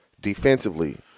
defensively